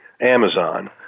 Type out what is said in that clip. Amazon